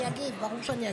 אני אגיב, ברור שאני אגיב.